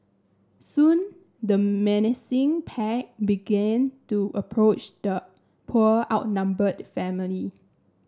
soon the menacing pack began to approach the poor outnumbered family